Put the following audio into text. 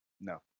No